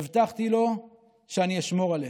הבטחתי לו שאני אשמור עליה,